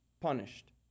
punished